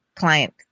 client